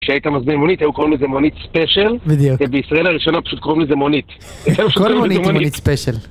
כשהיית מזמין מונית היו קוראים לזה מונית ספיישל ובישראל הראשונה פשוט קוראים לזה מונית, זה כל מונית מונית ספיישל.